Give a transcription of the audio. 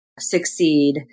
Succeed